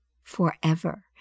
forever